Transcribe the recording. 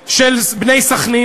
של בניהם הצעירים